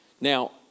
Now